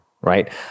right